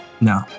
No